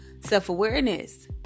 self-awareness